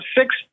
six